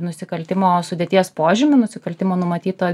nusikaltimo sudėties požymių nusikaltimo numatyto